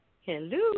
Hello